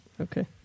Okay